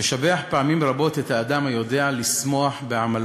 משבח פעמים רבות את האדם היודע לשמוח בעמלו: